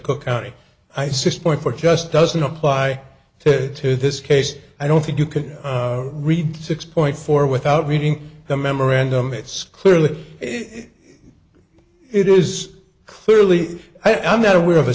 cook county i six point four just doesn't apply to to this case i don't think you can read six point four without reading the memorandum it's clearly it is clearly i'm not aware of a